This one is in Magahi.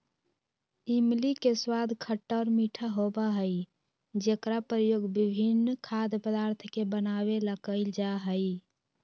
इमली के स्वाद खट्टा और मीठा होबा हई जेकरा प्रयोग विभिन्न खाद्य पदार्थ के बनावे ला कइल जाहई